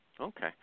Okay